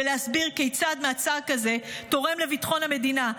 ולהסביר כיצד מעצר כזה תורם לביטחון המדינה.